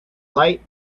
light